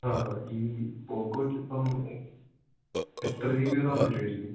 ആ ഈ പോക്കോയ്ക്ക് ഇപ്പം എത്ര ജീ ബി റാം വരുമായിരിക്കും